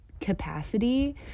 capacity